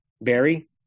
Barry